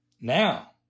Now